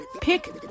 pick